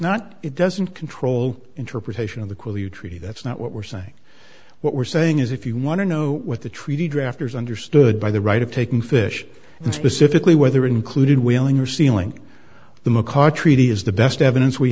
not it doesn't control interpretation of the call you treaty that's not what we're saying what we're saying is if you want to know what the treaty drafters understood by the right of taking fish and specifically whether included whaling or sealing the macaw treaty is the best evidence we